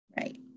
Right